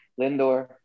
Lindor